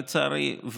לצערי,